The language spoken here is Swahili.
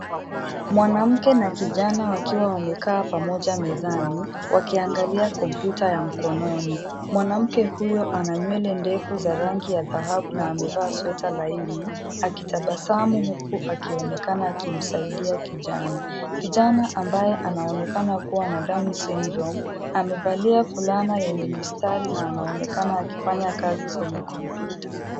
Mwanamke na kijana wamekaa mezani wakitazama kompyuta ya mkononi, mwanamke mwenye nywele ndefu za kahawia na sweta la kijivu anatabasamu akimsaidia kijana aliyevaa fulana yenye mistari na anaonekana kuwa na Down syndrome akifanya kazi kwenye kompyuta.